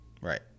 Right